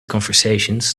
conversations